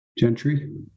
Gentry